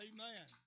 Amen